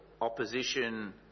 opposition